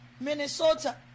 minnesota